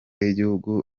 y’igihugu